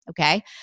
Okay